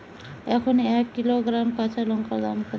এখন এক কিলোগ্রাম কাঁচা লঙ্কার দাম কত?